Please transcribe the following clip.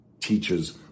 teaches